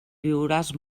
viuràs